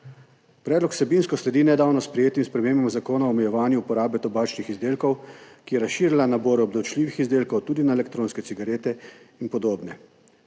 Predlog vsebinsko sledi nedavno sprejetim spremembam Zakona o omejevanju uporabe tobačnih izdelkov, ki je razširila nabor obdavčljivih izdelkov tudi na elektronske cigarete in podobno.